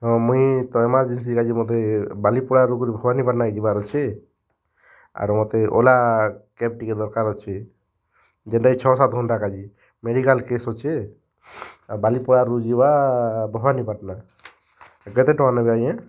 ହଁ ମୁଇଁ ତ ଏମାରଜେନ୍ସି ଲାଗି ମତେ ବାଲିପଡ଼ାରୁ ଫେର୍ ଭବାନୀପାଟ୍ଣାକେ ଯିବାର୍ ଅଛେ ଆର୍ ମତେ ଓଲା କ୍ୟାବ୍ ଟିକେ ଦରକାର୍ ଅଛେ ଯେନ୍ଟା କି ଛଅ ସାତ୍ ଘଣ୍ଟା କା ଯେ ମେଡ଼ିକାଲ୍ କେସ୍ ଅଛେ ଆଉ ବାଲିପଡ଼ାରୁ ଯିବା ଭବାନୀପାଟ୍ଣା କେତେ ଟଙ୍କା ନେବେ ଆଜ୍ଞା